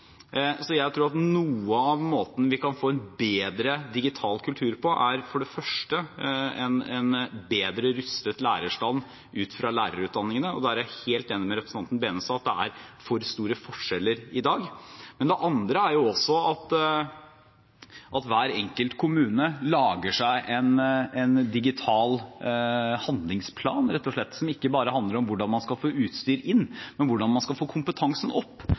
Jeg tror at noe av måten vi kan få en bedre digital kultur på, er ved for det første å få en bedre rustet lærerstand ut fra lærerutdanningene, og der er jeg helt enig med representanten Tveiten Benestad i at det er for store forskjeller i dag. Det andre er at hver enkelt kommune lager seg en digital handlingsplan, rett og slett, som ikke bare handler om hvordan man skal få utstyr inn, men også hvordan man skal få kompetansen opp,